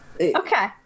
Okay